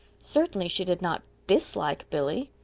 certainly she did not dislike billy.